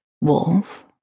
wolf